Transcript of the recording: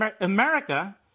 America